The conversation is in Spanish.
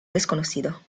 desconocido